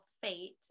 fate